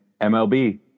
MLB